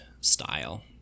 style